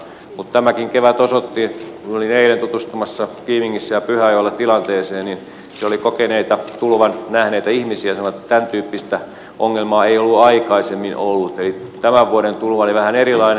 mutta tämäkin kevät osoitti kun olin eilen tutustumassa kiimingissä ja pyhäjoella tilanteeseen siellä oli kokeneita tulvan nähneitä ihmisiä ja he sanoivat että tämäntyyppistä ongelmaa ei ollut aikaisemmin ollut että tämän vuoden tulva oli vähän erilainen